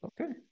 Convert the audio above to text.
Okay